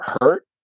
hurt